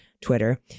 Twitter